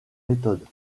méthodes